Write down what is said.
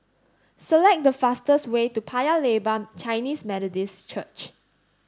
select the fastest way to Paya Lebar Chinese Methodist Church